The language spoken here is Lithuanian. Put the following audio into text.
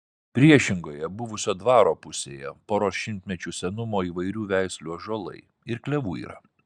priešingoje buvusio dvaro pusėje poros šimtmečių senumo įvairių veislių ąžuolai ir klevų yra